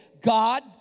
God